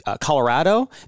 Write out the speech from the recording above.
Colorado